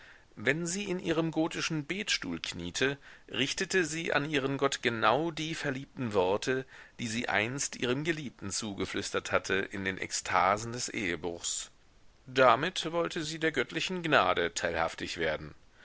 wenn sie in ihrem gotischen betstuhl kniete richtete sie an ihren gott genau die verliebten worte die sie einst ihrem geliebten zugeflüstert hatte in den ekstasen des ehebruchs damit wollte sie der göttlichen gnade teilhaftig werden